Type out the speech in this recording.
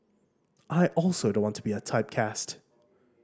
I also don't want to be typecast